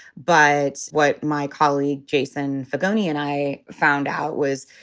but what my colleague jason ferrone and i found out was,